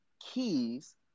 keys